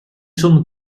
sono